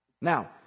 Now